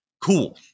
Cool